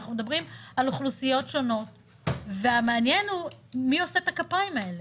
אנחנו מדברים על אוכלוסיות שונות והמעניין הוא מי עושה את הכפיים האלה.